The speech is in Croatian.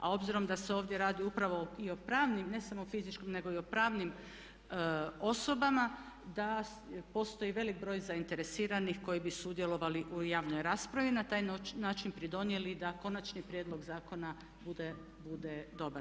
A obzirom da se ovdje radi upravo i o pravnim ne samo fizičkim, nego i o pravnim osobama da postoji veliki broj zainteresiranih koji bi sudjelovali u javnoj raspravi i na taj način pridonijeli da konačni prijedlog zakona bude dobar.